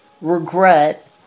regret